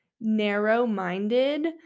narrow-minded